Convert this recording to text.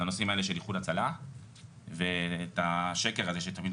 לנושאים האלה של איחוד הצלה ואת השקר הזה שתמיד